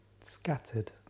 scattered